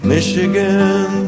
Michigan